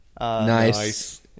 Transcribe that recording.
Nice